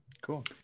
Cool